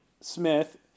Smith